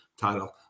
title